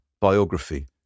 biography